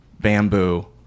bamboo